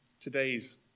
today's